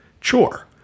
chore